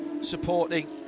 supporting